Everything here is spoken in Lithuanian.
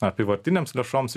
apyvartinėms lėšoms